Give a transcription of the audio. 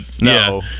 No